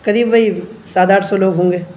قریب وہی سات آٹھ سو لوگ ہوں گے